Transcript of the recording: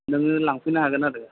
नोङो लांफैनो हागोन आरो